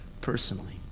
personally